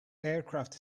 aircraft